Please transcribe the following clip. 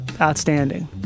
outstanding